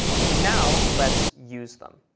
so now let's use them.